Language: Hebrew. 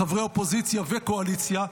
חברי אופוזיציה וקואליציה,